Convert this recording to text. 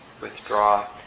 withdraw